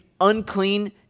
unclean